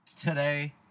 today